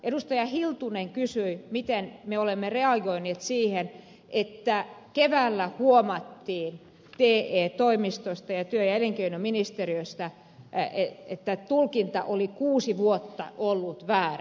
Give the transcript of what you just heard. hiltunen kysyi miten me olemme reagoineet siihen että keväällä huomattiin te toimistoista ja työ ja elinkeinoministeriöstä että tulkinta oli kuusi vuotta ollut väärä